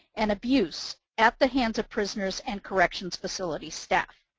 and abuse at the hands of prisoners and corrections facility staff.